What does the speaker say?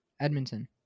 Edmonton